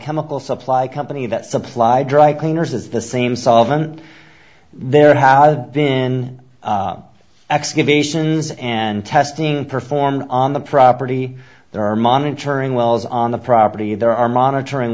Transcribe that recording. chemical supply company that supplied dry cleaners is the same solvent there have been excavations and testing performed on the property there are monitoring wells on the property there are monitoring